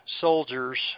soldiers